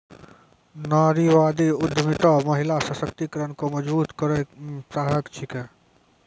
नारीवादी उद्यमिता महिला सशक्तिकरण को मजबूत करै मे सहायक छिकै